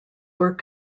were